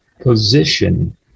position